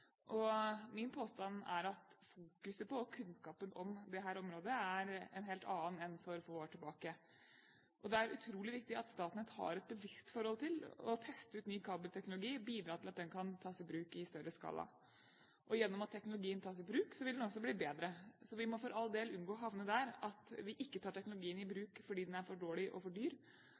er en helt annen enn for få år tilbake. Det er utrolig viktig at Statnett har et bevisst forhold til å teste ut ny kabelteknologi og bidra til at den kan tas i bruk i større skala. Gjennom at teknologien tas i bruk, vil den også bli bedre. Vi må for all del unngå å havne der at vi ikke tar teknologien i bruk fordi den er for dårlig og for dyr,